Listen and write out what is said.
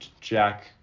Jack